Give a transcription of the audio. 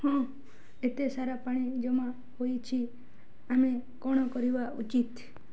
ହଁ ଏତେ ସାରା ପାଣି ଜମା ହୋଇଛି ଆମେ କ'ଣ କରିବା ଉଚିତ୍